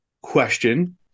Question